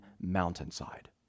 mountainside